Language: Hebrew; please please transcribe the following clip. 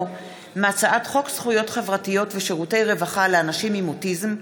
מהצעת חוק זכויות חברתיות ושירותי רווחה לאנשים עם אוטיזם,